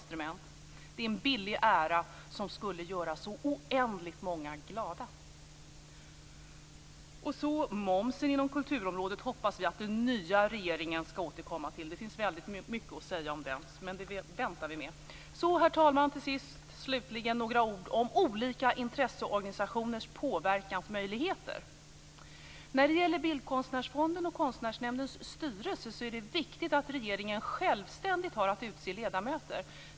Det är fråga om en billig ära, som skulle göra så oändligt många glada. Vi hoppas att den nya regeringen skall återkomma till momsen inom kulturområdet. Det finns väldigt mycket att säga om den, men det väntar vi med. Herr talman! Slutligen några ord om olika intresseorganisationers påverkansmöjligheter. När det gäller Bildkonstnärsfondens och Konstnärsnämndens styrelser är det viktigt att regeringen självständigt har att utse ledamöter.